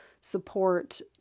support